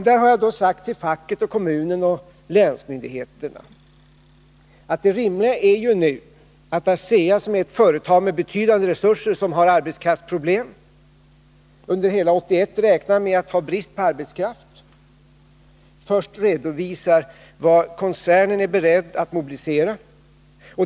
Där har jag sagt till facket, kommunen och länsmyndigheterna att det rimliga nu är att ASEA, som är ett företag med betydande resurser och som har arbetskraftsproblem — under hela 1981 räknar man med att ha brist på arbetskraft — först redovisar vad koncernen är beredd att mobilisera.